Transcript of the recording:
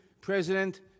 President